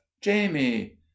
Jamie